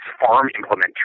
farm-implement